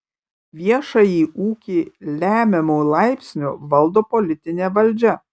viešąjį ūkį lemiamu laipsniu valdo politinė valdžia